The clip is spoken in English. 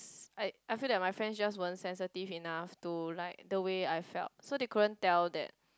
I I feel like my friends just weren't sensitive enough to like the way I felt so they couldn't tell that